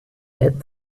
death